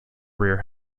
rear